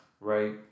right